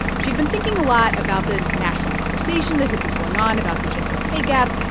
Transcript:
she'd been thinking a lot about the national conversation that had been going on about the gender pay gap.